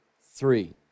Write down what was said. three